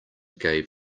gave